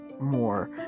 more